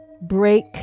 break